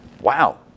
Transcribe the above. Wow